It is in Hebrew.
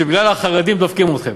שבגלל החרדים דופקים אתכם.